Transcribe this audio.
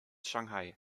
shanghai